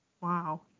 Wow